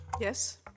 Yes